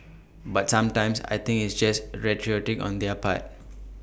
but sometimes I think it's just rhetoric on their part